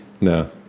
No